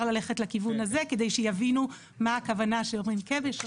אפשר ללכת לכיוון הזה כדי שיבינו מה הכוונה שאומרים כבש,